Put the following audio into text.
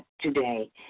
today